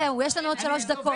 יש לנו עוד שלוש דקות.